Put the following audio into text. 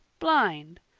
blind!